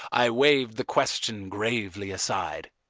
i waived the question gravely aside.